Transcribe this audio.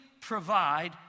provide